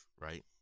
right